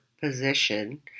position